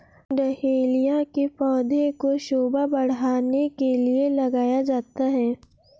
dahlia के पौधे को शोभा बढ़ाने के लिए लगाया जाता है